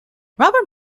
robert